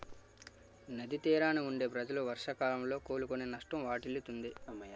నది తీరాన వుండే ప్రజలు వర్షాకాలంలో కోలుకోలేని నష్టం వాటిల్లుతుంది